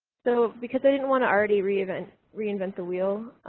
so because i didn't want to already reinvent reinvent the wheel